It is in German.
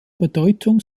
bedeutung